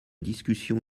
discussion